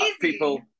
people